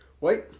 Wait